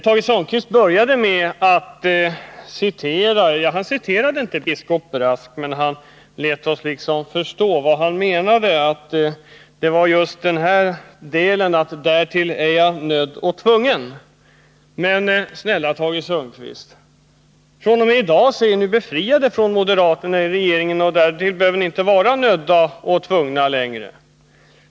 Tage Sundkvist började med att låta oss förstå att han tänkte på biskop Brasks ord: ”Härtill är jag nödd och tvungen.” Men, snälla Tage Sundkvist, fr.o.m. i dag är ni befriade från moderaterna i regeringen, och därför behöver ni inte vara nödda och tvungna längre.